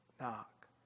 knock